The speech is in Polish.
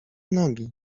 nogi